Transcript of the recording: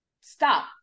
stop